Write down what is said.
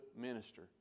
minister